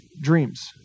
dreams